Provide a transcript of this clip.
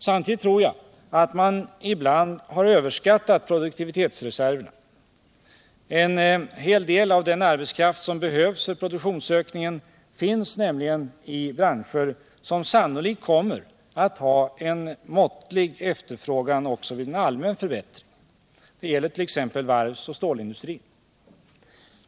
Samtidigt tror jag att man ibland har överskattat produktivitetsreserven. En hel del arbetskraft för produktionsökningen finns nämligen i branscher som sannolikt kommer att ha en måttlig efterfrågan också vid en allmän förbättring. Det gäller t.ex. varvsoch stålindustrin.